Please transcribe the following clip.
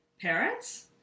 parents